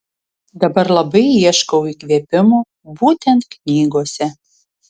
dabar labai ieškau įkvėpimo būtent knygose